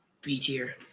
B-tier